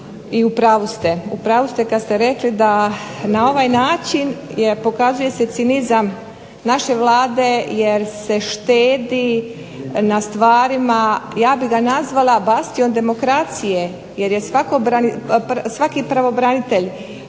i u pravu ste. U pravu ste kad ste rekli da na ovaj način pokazuje se cinizam naše Vlade jer se štedi na stvarima, ja bih ga nazvala bastion demokracije, jer je svaki pravobranitelj